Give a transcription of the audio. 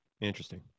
Interesting